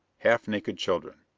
half naked children.